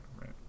Right